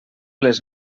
les